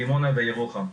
דימונה וירוחם.